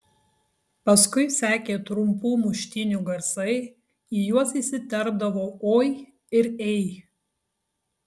paskui sekė trumpų muštynių garsai į juos įsiterpdavo oi ir ei